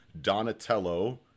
Donatello